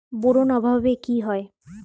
Boron অভাবে কি হয়?